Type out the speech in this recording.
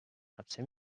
hapse